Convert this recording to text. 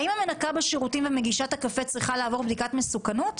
האם הן צריכות לעבור בדיקת מסוכנות?